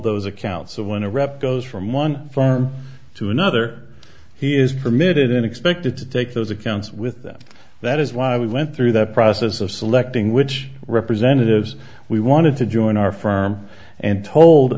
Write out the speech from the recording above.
those accounts of when a rep goes from one firm to another he is permitted an expected to take those accounts with them that is why we went through that process of selecting which representatives we wanted to join our firm and told